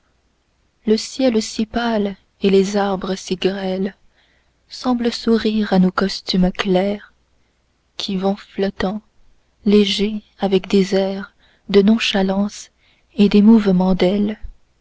le ciel si pâle et les arbres si grêles semblent sourire à nos costumes clairs qui vont flottant légers avec des airs de nonchalance et des mouvements d'ailes